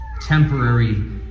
temporary